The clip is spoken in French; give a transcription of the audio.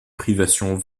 privation